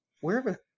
Wherever